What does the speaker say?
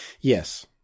yes